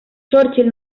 churchill